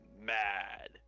mad